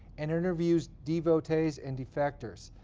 and interviews devotees and defectors.